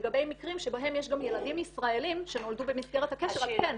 לגבי מקרים שבהם יש גם ילדים ישראליים שנולדו במסגרת הקשר אז כן,